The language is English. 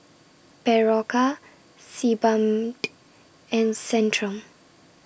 Berocca Sebamed and Centrum